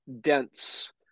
dense